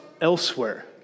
elsewhere